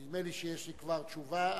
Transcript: נדמה לי שיש לי כבר תשובה,